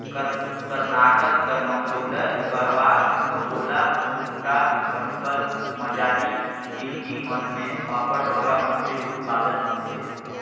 करनाटक कर मंगलोर, करवार, अकोला, कुमटा, भटकल, मजाली, बिंगी मन में अब्बड़ बगरा मछरी उत्पादन होथे